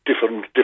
different